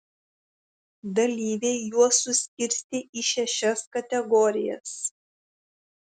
dalyviai juos suskirstė į šešias kategorijas